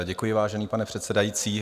Děkuji, vážený pane předsedající.